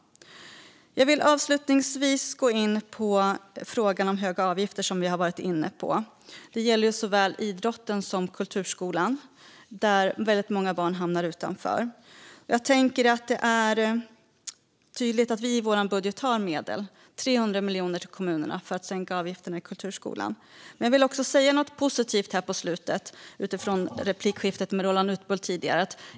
Jag vill avslutningsvis gå in på frågan om höga avgifter, som vi har varit inne på. Detta gäller såväl idrotten som kulturskolan. Väldigt många barn hamnar utanför. Det är tydligt att Vänsterpartiet har medel i sin budget: 300 miljoner till kommunerna för att sänka avgifterna i kulturskolan. Jag vill säga någonting positivt här på slutet utifrån replikskiftet med Roland Utbult tidigare.